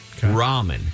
Ramen